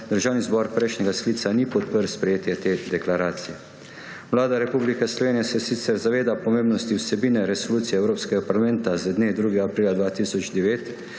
državni zbor prejšnjega sklica ni podprl sprejetja te deklaracije. Vlada Republike Slovenije se sicer zaveda pomembnosti vsebine Resolucije Evropskega parlamenta z dne 2. aprila 2009